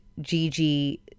Gigi